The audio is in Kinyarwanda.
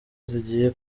zigiye